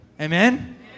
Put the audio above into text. Amen